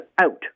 out